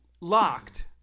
locked